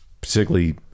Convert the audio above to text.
particularly